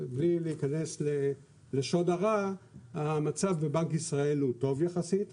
מבלי להיכנס לשוד הרע המצב בבנק ישראל הוא טוב יחסית,